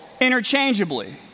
interchangeably